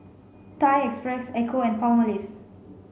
Thai Express Ecco and Palmolive